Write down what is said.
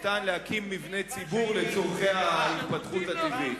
ניתן להקים מבנה ציבור לצורכי ההתפתחות הטבעית?